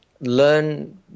Learn